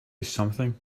something